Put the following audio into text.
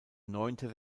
neunter